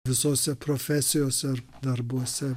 visose profesijose ar darbuose